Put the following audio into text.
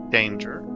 danger